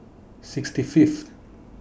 sixty Fifth